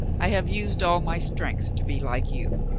i have used all my strength to be like you,